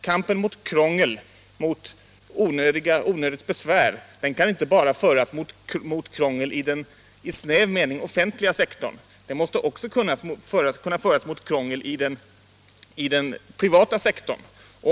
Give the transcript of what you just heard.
Kampen mot krångel, mot onödigt besvär, skall inte bara föras mot krångel i den i snäv mening offentliga sektorn, den måste också föras mot krångel i den privata sektorn.